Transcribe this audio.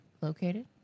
located